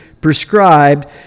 prescribed